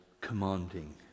commanding